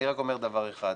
אני רק אומר דבר אחד,